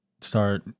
start